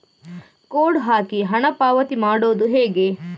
Code ಹಾಕಿ ಹಣ ಪಾವತಿ ಮಾಡೋದು ಹೇಗೆ?